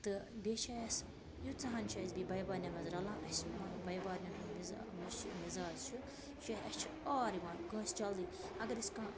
تہٕ بیٚیہِ چھِ اَسہِ ییٖژاہ ہَن چھِ اَسہِ بیٚیہِ بٔے بارنٮ۪ن منٛز رَلان اَسہِ مَہ بٔے بارٮ۪ن ہُنٛد مِزاز چھُ یہِ چھُ اَسہِ چھِ آر یِوان کٲنٛسہِ جلدی اگر أسۍ کانٛہہ